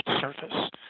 surface